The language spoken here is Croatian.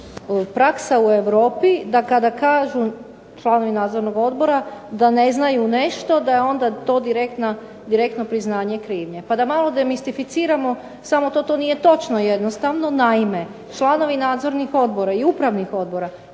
praksa u Europi da kada kažu članovi nadzornog odbora da ne znaju nešto da je onda to direktno priznanje krive. Pa da malo demistificiramo samo to. To nije točno jednostavno. Naime, članovi nadzornih odbora i upravnih odbora